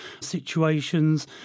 situations